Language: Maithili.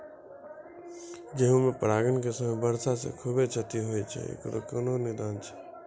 गेहूँ मे परागण के समय वर्षा से खुबे क्षति होय छैय इकरो कोनो निदान छै?